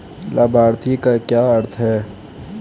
लाभार्थी का क्या अर्थ है?